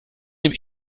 dem